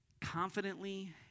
confidently